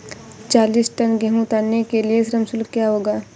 चालीस टन गेहूँ उतारने के लिए श्रम शुल्क क्या होगा?